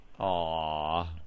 Aww